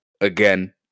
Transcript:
again